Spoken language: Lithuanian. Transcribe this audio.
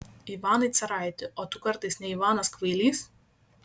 ivanai caraiti o tu kartais ne ivanas kvailys